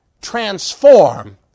transform